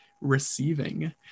receiving